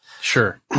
Sure